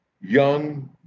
young